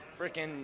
freaking